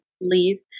leave